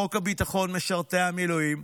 חוק הביטחון (משרתי המילואים),